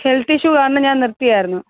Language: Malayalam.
ഹെൽത്ത് ഇഷ്യൂ കാരണം ഞാൻ നിർത്തിയായിരുന്നു